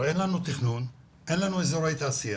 הרי אין לנו תכנון, אין לנו אזורי תעשייה,